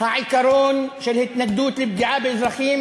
העיקרון של התנגדות לפגיעה באזרחים